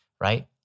right